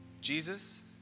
Jesus